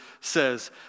says